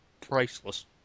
priceless